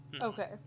Okay